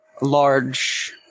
large